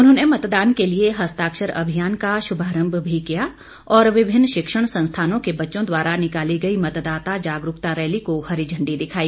उन्होंने मतदान के लिए हस्ताक्षर अभियान का शुभारंभ भी किया और विभिन्न शिक्षण संस्थानों के बच्चों द्वारा निकाली गई मतदाता जागरूकता रैली को हरी झंडी दिखाई